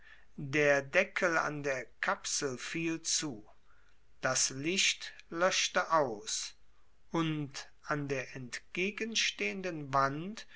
der deckel an der kapsel fiel zu das licht löschte aus und an der entgegenstehenden wand